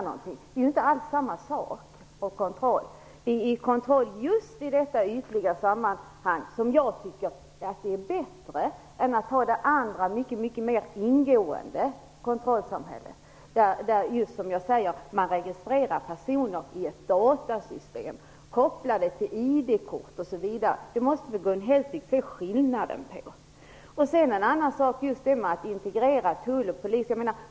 Det är inte alls samma sak och kontroll. Det är kontroll just i detta ytliga sammanhang som jag tycker är bättre än den andra mycket mer ingående kontrollen, där man registrerar personer i ett datasystem kopplade till ID-kort. Gun Hellsvik måste väl se skillnaden.